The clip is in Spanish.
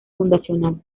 fundacional